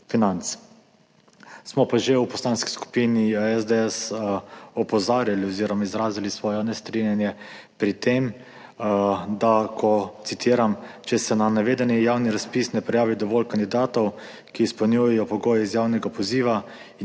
financ. Smo pa v Poslanski skupini SDS že opozarjali oziroma izrazili svoje nestrinjanje s tem, da, citiram, »če se na navedeni javni razpis ne prijavi dovolj kandidatov, ki izpolnjujejo pogoje iz javnega poziva, in